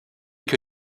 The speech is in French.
que